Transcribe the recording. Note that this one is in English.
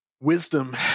wisdom